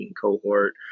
cohort